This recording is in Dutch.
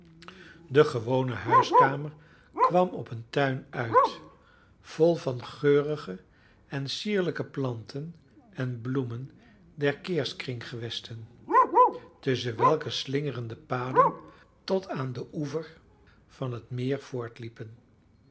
de gewone huiskamer kwam op een tuin uit vol van geurige en sierlijke planten en bloemen der keerkringsgewesten tusschen welke slingerende paden tot aan den oever van het meer